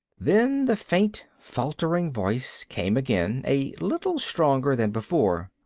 then the faint, faltering voice came again, a little stronger than before.